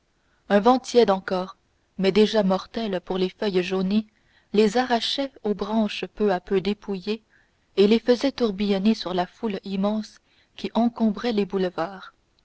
un vent tiède encore mais déjà mortel pour les feuilles jaunies les arrachait aux branches peu à peu dépouillées et les faisait tourbillonner sur la foule immense qui encombrait les boulevards